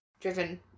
driven